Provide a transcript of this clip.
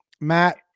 Matt